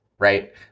Right